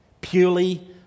purely